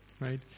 right